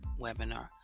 webinar